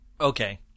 Okay